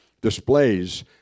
displays